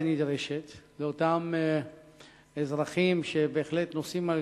נדרשת לאותם אזרחים שבהחלט נושאים על